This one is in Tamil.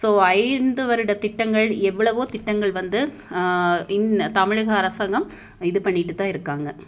ஸோ ஐந்து வருட திட்டங்கள் எவ்வளவோ திட்டங்கள் வந்து இந்த தமிழக அரசாங்கம் இது பண்ணிகிட்டு தான் இருக்காங்கள்